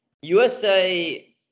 USA